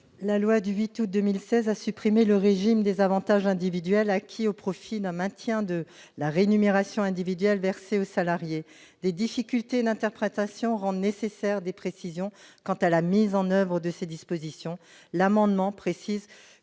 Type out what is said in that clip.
La loi du 8 août 2016 a supprimé le régime des avantages individuels acquis au profit d'un maintien de la rémunération individuelle versée au salarié. Des difficultés d'interprétation rendent nécessaires des précisions quant à la mise en oeuvre de ces dispositions. Nous souhaitons préciser